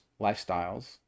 lifestyles